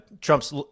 Trump's